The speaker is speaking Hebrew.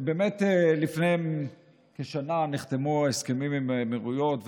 לפני כשנה נחתמו ההסכמים עם האמירויות,